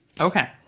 Okay